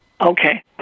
Okay